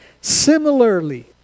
Similarly